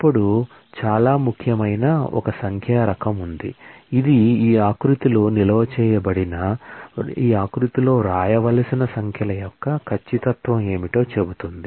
అప్పుడు చాలా ముఖ్యమైన ఒక సంఖ్యా రకం ఉంది ఇది ఈ ఆకృతిలో నిల్వ చేయబడిన ఈ ఆకృతిలో వ్రాయవలసిన సంఖ్యల యొక్క ఖచ్చితత్వం ఏమిటో చెబుతుంది